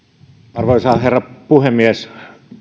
arvoisa herra puhemies